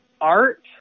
art